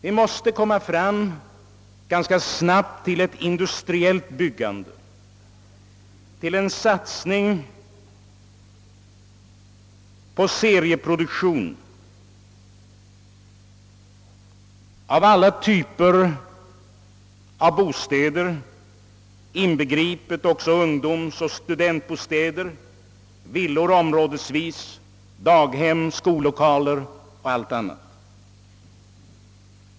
Vi måste ganska snabbt komma fram till ett industriellt byggande, till en satsning på serieproduktion av alla typer av bostäder, inbegripet ungdomsoch studentbostäder, villor områdesvis, daghem, skollokaler och allt annat.